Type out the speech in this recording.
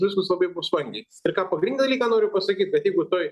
viskas labai bus vangiai ir ką pagrindinį dalyką noriu pasakyt kad jeigu toj